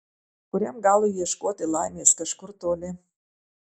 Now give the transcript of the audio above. kuriam galui ieškoti laimės kažkur toli